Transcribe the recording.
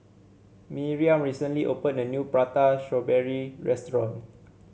Miriam recently open a new Prata Strawberry restaurant